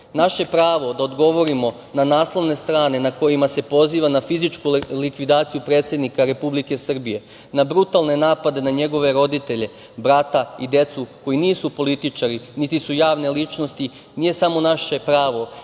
pravo da odgovorimo na naslovne strane na kojima se poziva na fizičku likvidaciju predsednika Republike Srbije, na brutalne napade na njegove roditelje, brata i decu, koji nisu političari, niti su javne ličnosti nije samo naše pravo,